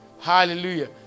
Hallelujah